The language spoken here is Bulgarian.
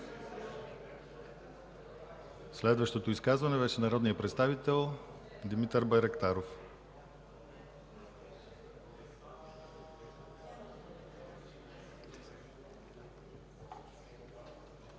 Следващото изказване е на народния представител Димитър Байрактаров.